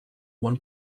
one